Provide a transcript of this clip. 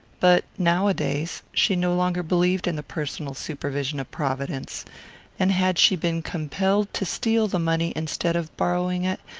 but nowadays she no longer believed in the personal supervision of providence and had she been compelled to steal the money instead of borrowing it,